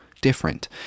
different